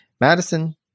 Madison